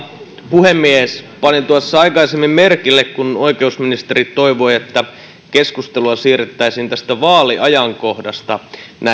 puhemies panin tuossa aikaisemmin merkille kun oikeusministeri toivoi että keskustelua siirrettäisiin vaaliajankohdasta